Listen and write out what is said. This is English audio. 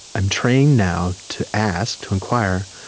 i'm trained now to ask, to inquire,